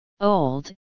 old